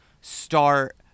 start